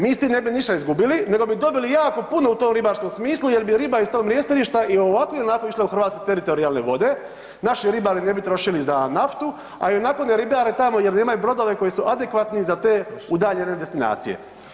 Mi sa time ništa ne bi izgubili nego bi dobili jako puno u tom ribarskom smislu, jer bi ribari iz tog mrjestilišta i ovako i onako išle u hrvatske teritorijalne vode, naši ribari ne bi trošili za naftu, ali ionako ne ribare tamo jer nemaju brodove koji su adekvatni za te udaljene destinacije.